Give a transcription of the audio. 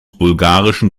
bulgarischen